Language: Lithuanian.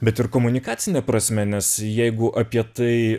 bet ir komunikacine prasme nes jeigu apie tai